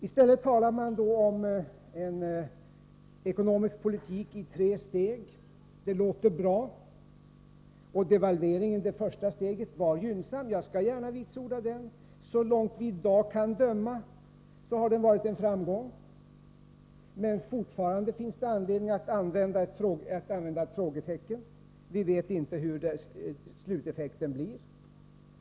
I stället talar regeringen om en ekonomisk politik i tre steg. Det låter bra. Och devalveringen — det första steget — var gynnsam. Det skall jag gärna vitsorda. Så långt vi i dag kan bedöma har den varit en framgång, men det finns anledning att använda frågetecken. Vi vet inte hurudan långtidseffekten blir.